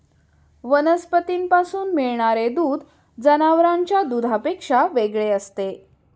वनस्पतींपासून मिळणारे दूध जनावरांच्या दुधापेक्षा वेगळे असते